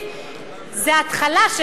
כמה אובדן?